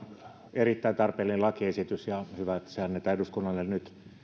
erittäin tarpeellinen lakiesitys ja on hyvä että se annetaan eduskunnalle nyt me tarvitsemme